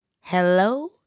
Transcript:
Hello